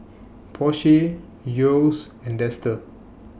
Porsche Yeo's and Dester